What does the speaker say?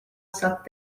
saab